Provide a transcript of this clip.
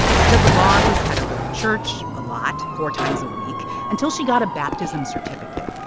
she says the law office had her go to church a lot four times a week until she got a baptism certificate.